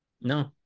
No